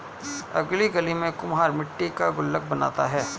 अगली गली में कुम्हार मट्टी का गुल्लक बनाता है